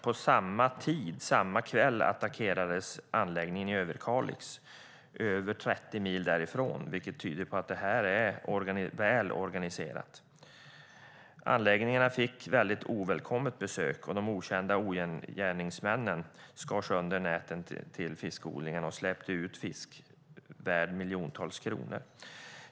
På samma tid under samma kväll attackerades anläggningen i Överkalix över 30 mil därifrån, vilket tyder på att det är väl organiserat. Anläggningarna fick väldigt ovälkommet besök. De okända gärningsmännen skar sönder näten till fiskodlingarna och släppte ut fisk värd miljontals kronor.